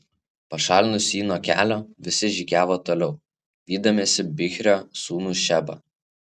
pašalinus jį nuo kelio visi žygiavo toliau vydamiesi bichrio sūnų šebą